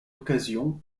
occasion